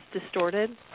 distorted